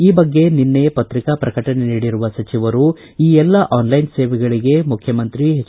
ಈ ಬಗ್ಗೆ ನಿನ್ನೆ ಪತ್ರಿಕಾ ಪ್ರಕಟಣೆ ನೀಡಿರುವ ಸಚಿವರು ಈ ಎಲ್ಲ ಆನ್ಲೈನ್ ಸೇವೆಗಳಿಗೆ ಮುಖ್ಯಮಂತ್ರಿ ಎಚ್